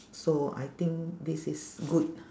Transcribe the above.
so I think this is good